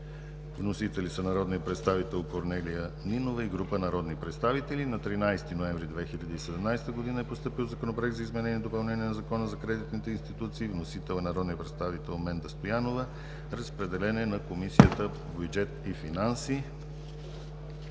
Вносители са народният представител Корнелия Нинова и група народни представители. На 13 ноември 2017 г. е постъпил Законопроект за изменение и допълнение на Закона за кредитните институции. Вносител е народният представител Менда Стоянова. Разпределен е на Комисията по бюджет и финанси.